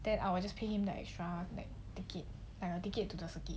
then I will just pay him that extra lor like take like a ticket to the circuit